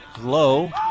low